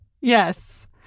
yes